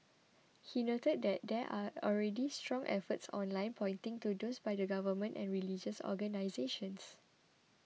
he noted that there are already strong efforts offline pointing to those by the Government and religious organisations